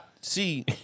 See